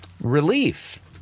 relief